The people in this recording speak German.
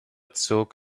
zog